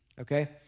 okay